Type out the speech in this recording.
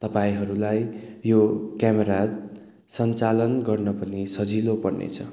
तपाईँहरूलाई यो क्यामेरा सञ्चालन गर्न पनि सजिलो पर्नेछ